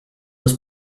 das